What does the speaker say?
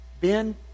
Ben